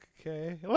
okay